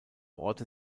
orte